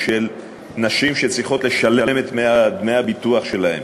של נשים שצריכות לשלם את דמי הביטוח שלהן